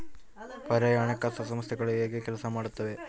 ಪರ್ಯಾಯ ಹಣಕಾಸು ಸಂಸ್ಥೆಗಳು ಹೇಗೆ ಕೆಲಸ ಮಾಡುತ್ತವೆ?